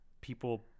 people